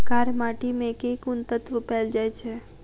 कार्य माटि मे केँ कुन तत्व पैल जाय छै?